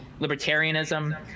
libertarianism